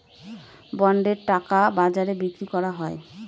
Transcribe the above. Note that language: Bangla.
বন্ডের টাকা বাজারে বিক্রি করা হয়